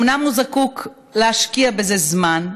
אומנם הוא צריך להשקיע בזה זמן,